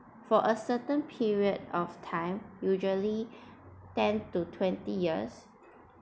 for a certain period of time usually ten to twenty years